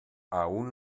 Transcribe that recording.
aún